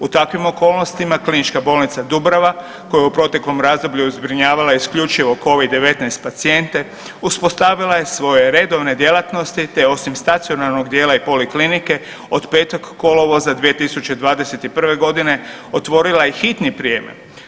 U takvim okolnostima KBC Dubrava koja je u proteklom razdoblju zbrinjavala isključivo Covid-19 pacijente uspostavila je svoje redovne djelatnosti te osim stacionarnog dijela i poliklinike, od 5. kolovoza 2021. g. otvorila je hitni prijem.